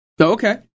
Okay